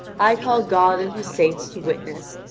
i call god and his saints to witness,